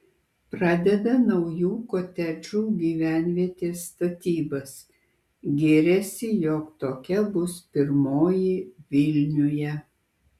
pradeda naujų kotedžų gyvenvietės statybas giriasi jog tokia bus pirmoji vilniuje